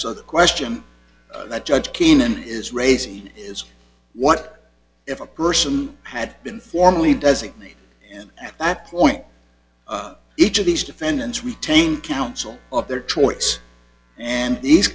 so the question that judge keenan is raising is what if a person had been formally designate at that point each of these defendants retained counsel of their choice and these